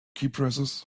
keypresses